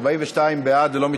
ועדת